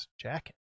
jacket